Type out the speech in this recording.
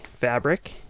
fabric